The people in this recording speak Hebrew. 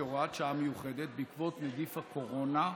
כהוראת שעה מיוחדת בעקבות נגיף הקורונה,